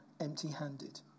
empty-handed